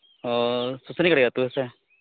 ᱚ ᱥᱩᱥᱱᱤᱜᱟᱹᱲᱭᱟᱹ ᱟᱛᱳ ᱦᱮᱸᱥᱮ